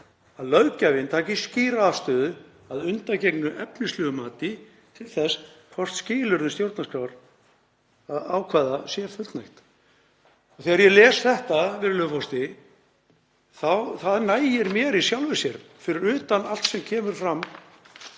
að löggjafinn taki skýra afstöðu, að undangengnu efnislegu mati, til þess hvort skilyrðum stjórnarskrárákvæða sé fullnægt.“ Þegar ég les þetta, virðulegur forseti, þá nægir það mér í sjálfu sér, fyrir utan allt sem kemur fram